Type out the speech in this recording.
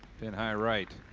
pin high right.